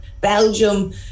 Belgium